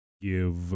Give